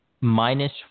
minus